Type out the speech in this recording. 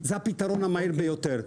זה הפתרון המהיר ביותר.